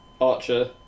Archer